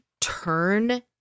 turn